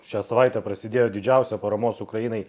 šią savaitę prasidėjo didžiausia paramos ukrainai